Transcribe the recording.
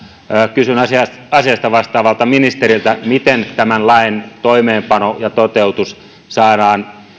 kysyn asiasta asiasta vastaavalta ministeriltä miten tämän lain toimeenpano ja toteutus saadaan